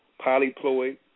polyploid